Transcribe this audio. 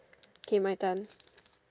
okay my turn